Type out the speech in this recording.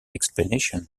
explanation